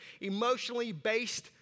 emotionally-based